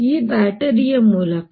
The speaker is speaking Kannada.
ಈ ಬ್ಯಾಟರಿಯ ಮೂಲಕ